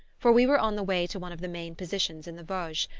for we were on the way to one of the main positions in the vosges,